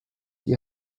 die